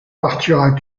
partiras